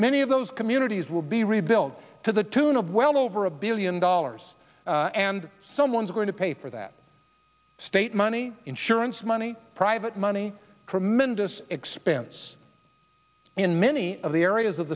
many of those communities will be rebuilt to the tune of well over a billion dollars and someone's going to pay for that state money insurance money private money tremendous expense in many of the areas of